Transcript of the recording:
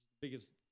biggest